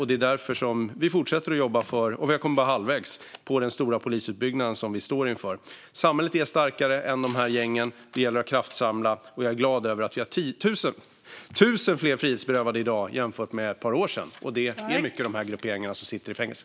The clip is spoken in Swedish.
Det är därför vi fortsätter att jobba för detta, och vi har bara kommit halvvägs på den stora polisutbyggnad som vi står inför. Samhället är starkare än de här gängen. Det gäller att kraftsamla, och jag är glad över att vi har 1 000 fler frihetsberövade i dag jämfört med för ett par år sedan. Det är i mycket de här grupperingarna som sitter i fängelse.